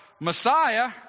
Messiah